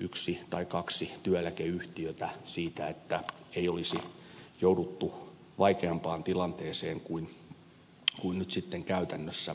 yksi tai kaksi työeläkeyhtiötä siitä että olisi jouduttu vaikeampaan tilanteeseen kuin nyt sitten käytännössä jouduttiin